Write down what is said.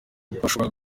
gukora